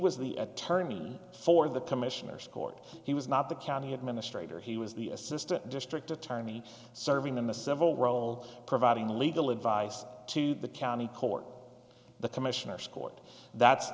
was the attorney for the commissioner's chord he was not the county administrator he was the assistant district attorney serving in the civil role providing legal advice to the county court the commissioners court that